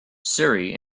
surrey